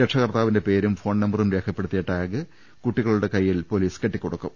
രക്ഷാകർത്താവിന്റെ പേരും ഫോൺ നമ്പറും രേഖപ്പെടുത്തിയ ടാഗ് കുട്ടികളുടെ കൈയിൽ പൊലീസ് കെട്ടിക്കൊടുക്കും